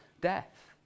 death